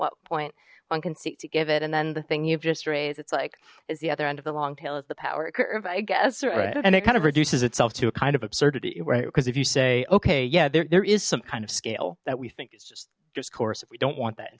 what point one can seek to give it and then the thing you've just raised it's like is the other end of the long tail of the power curve i guess right and it kind of reduces itself to a kind of absurdity right because if you say okay yeah there is some kind of scale that we think is just just course if we don't want that